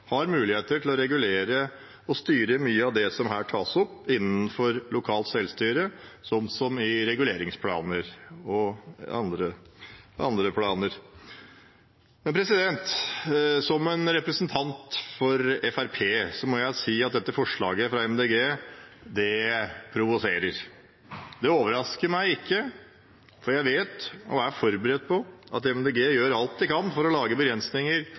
har muligheter til å regulere og styre mye av det som her tas opp, innenfor lokalt selvstyre, som i reguleringsplaner og andre planer. Som representant for Fremskrittspartiet må jeg si at dette forslaget fra Miljøpartiet De Grønne provoserer. Det overrasker meg ikke, for jeg vet og er forberedt på at Miljøpartiet De Grønne gjør alt de kan for å lage begrensninger,